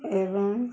ଏବଂ